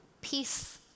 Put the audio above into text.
peace